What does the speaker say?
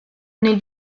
nel